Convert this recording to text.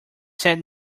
sent